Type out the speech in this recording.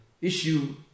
issue